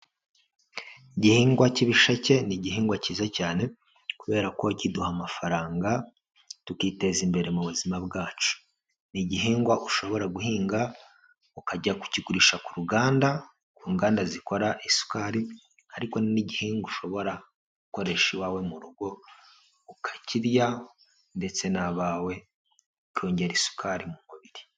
Igihingwa cy'ibisheke ni igihingwa cyiza cyane kubera ko kiduha amafaranga, tukiteza imbere mu buzima bwacu. Ni igihingwa ushobora guhinga ukajya kukigurisha ku ruganda, ku nganda zikora isukari ariko ni n'igihinga ushobora gukoresha iwawe mu rugo, ukakirya ndetse n'abawe, ukongera isukari mu mubiri.